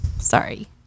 Sorry